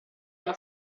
una